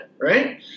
Right